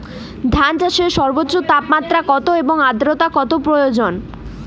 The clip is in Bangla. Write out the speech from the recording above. ধান চাষে সর্বোচ্চ তাপমাত্রা কত এবং আর্দ্রতা কত প্রয়োজন?